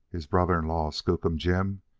his brother-in-law, skookum jim,